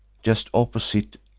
just opposite,